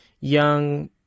young